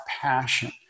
passion